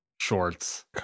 shorts